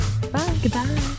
goodbye